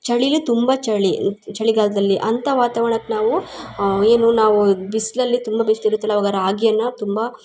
ಚಳಿಲು ತುಂಬ ಚಳಿ ಚಳಿಗಾಲದಲ್ಲಿ ಅಂಥ ವಾತಾವರ್ಣಕ್ಕೆ ನಾವು ಏನು ನಾವು ಬಿಸಿಲಲ್ಲಿ ತುಂಬ ಬೇಸ್ತಿರೋತಲ್ಲ ಆವಾಗ ರಾಗಿಯನ್ನು ತುಂಬ